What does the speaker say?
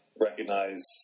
recognize